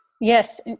yes